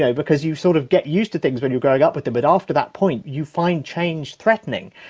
yeah because you sort of get used to things when you're growing up with them, but after that point you find change threatening.